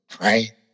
right